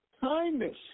Kindness